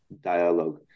dialogue